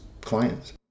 clients